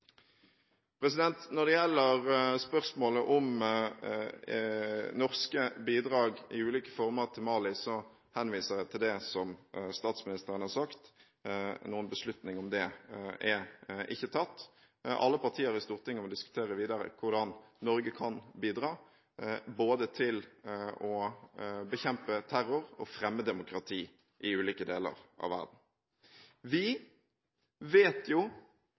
Når det gjelder spørsmålet om norske bidrag i ulike former til Mali, henviser jeg til det statsministeren har sagt – en beslutning om det er ikke tatt. Alle partier i Stortinget må diskutere videre hvordan Norge kan bidra både til å bekjempe terror og til å fremme demokrati i ulike deler av verden. Vi vet